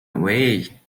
away